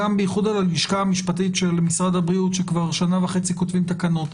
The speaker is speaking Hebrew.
בייחוד על הלשכה המשפטית של משרד הבריאות שכבר שנה וחצי כותבים תקנות,